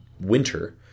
winter